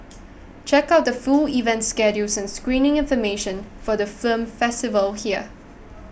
check out the full event schedule and screening information for the film festival here